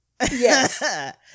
Yes